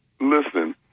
listen